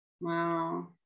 Wow